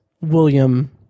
William